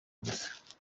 gusa